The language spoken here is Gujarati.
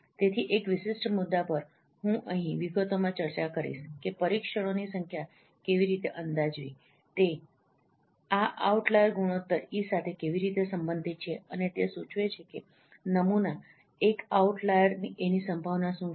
તેથી એક વિશિષ્ટ મુદ્દા પર હું અહીં વિગતોમાં ચર્ચા કરીશ કે પરીક્ષણોની સંખ્યા કેવી રીતે અંદાજવી તે આ આઉટલાઈર ગુણોત્તર e સાથે કેવી રીતે સંબંધિત છે અને તે સૂચવે છે કે નમૂના એક આઉટલાઈર એની સંભાવના શું છે